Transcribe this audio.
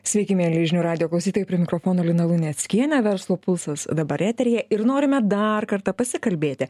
sveiki mieli žinių radijo klausytojai prie mikrofono lina luneckienė verslo pulsas dabar eteryje ir norime dar kartą pasikalbėti